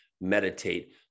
meditate